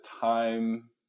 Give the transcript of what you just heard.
time